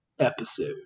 Episode